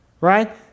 right